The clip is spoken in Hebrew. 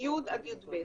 מ-י' עד י"ב.